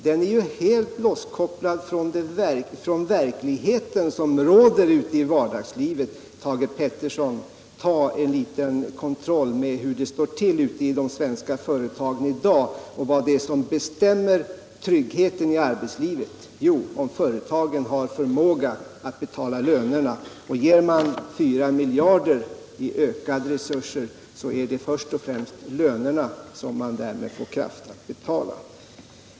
Den är helt losskopplad från vardagslivets verklighet. Thage Peterson, gör en liten kontroll av hur det står till i de svenska företagen i dag! Vad är det som bestämmer tryggheten i arbetslivet? Jo, om företagen har förmåga att betala lönerna. Får man 4 miljarder i ökade resurser, är det först och främst lönerna som man därmed får kraft att betala.